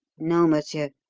no, monsieur.